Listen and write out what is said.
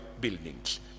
buildings